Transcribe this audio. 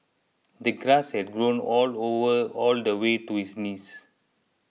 the grass had grown all all all all the way to his knees